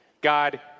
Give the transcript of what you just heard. God